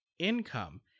income